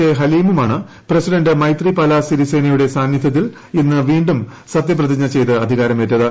A ഹലീമുമാണ് president Maithripala സിരിസേനയുടെ സാന്നിദ്ധ്യത്തിൽ ഇന്ന് വീണ്ടും സത്യപ്രതിജ്ഞ ചെയ്ത് അധികാരമേറ്റത്